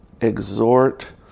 exhort